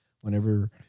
whenever